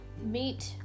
meet